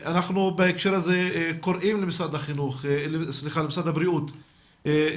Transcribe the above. בהקשר הזה אנחנו קוראים למשרד הבריאות להבטיח